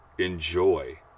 Enjoy